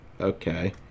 okay